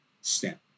step